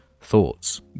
Thoughts